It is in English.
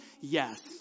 Yes